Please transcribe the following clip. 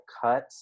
cut